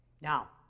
Now